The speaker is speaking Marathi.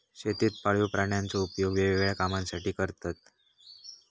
शेतीत पाळीव प्राण्यांचो उपयोग वेगवेगळ्या कामांसाठी करतत